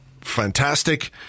fantastic